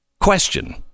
question